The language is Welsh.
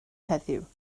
heddiw